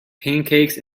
pancakes